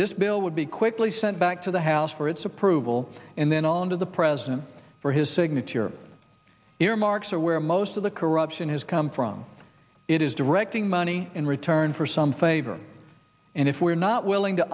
this bill would be quickly sent back to the house for its approval and then on to the president for his signature earmarks are where most of the corruption has come from it is directing money in return for some favors and if we are not willing to